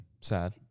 sad